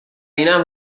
اینم